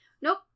Nope